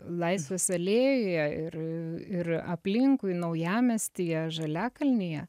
laisvės alėjoje ir ir aplinkui naujamiestyje žaliakalnyje